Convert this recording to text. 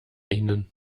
ihnen